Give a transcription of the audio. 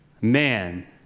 man